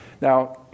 Now